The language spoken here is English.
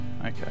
okay